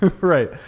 Right